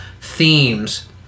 themes